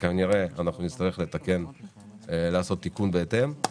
ולכן נצטרך לעשות תיקון בהתאם.